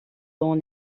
dans